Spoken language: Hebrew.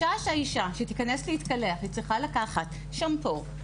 בשעה שהאישה שתיכנס להתקלח צריכה לקחת שמפו,